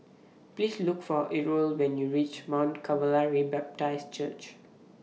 Please Look For Errol when YOU REACH Mount Calvary Baptist Church